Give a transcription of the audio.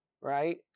right